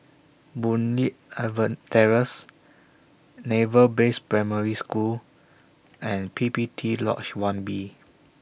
Boon Leat Terrace Naval Base Primary School and P P T Lodge one B